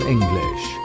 English